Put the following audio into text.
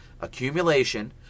accumulation